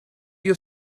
your